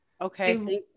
Okay